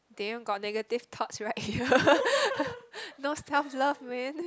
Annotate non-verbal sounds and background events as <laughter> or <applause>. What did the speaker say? damn got negative thoughts right <laughs> no self love man